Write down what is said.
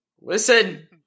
Listen